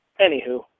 anywho